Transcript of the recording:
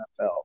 NFL